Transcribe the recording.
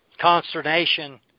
consternation